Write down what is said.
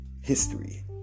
history